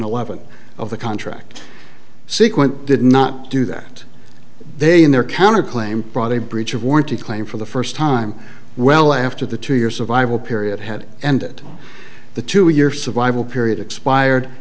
eleven of the contract sequent did not do that they in their counter claim brought a breach of warranty claim for the first time well after the two your survival period had ended the two year survival period expired